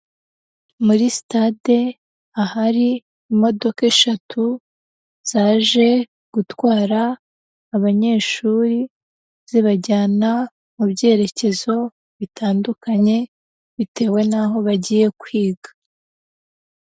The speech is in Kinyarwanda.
Muri sitade ahari imodoka eshatu zaje gutwara abanyeshuri zibajyana mu byerekezo bitandukanye bitewe n'aho bagiye kwiga.